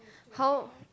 how